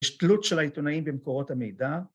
יש תלות של העיתונאים במקורות המידע.